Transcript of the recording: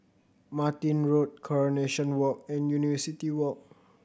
Martin Road Coronation Walk and University Walk